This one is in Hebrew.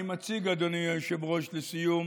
אני מציג, אדוני היושב-ראש, לסיום